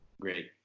Great